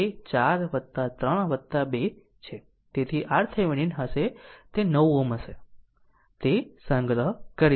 તેથી તે 4 3 2 હશે તેથી તે RThevenin હશે તે 9 Ω હશે તે સંગ્રહ કરી શકે છે